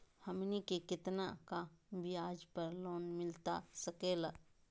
हमनी के कितना का ब्याज पर लोन मिलता सकेला?